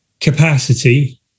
capacity